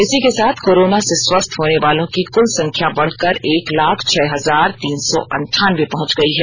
इसी के साथ कोरोना से स्वस्थ होनेवालों की कुल संख्या बढ़कर एक लाख छह हजार तीन सौ अंठानवे पहुंच गई है